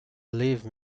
leave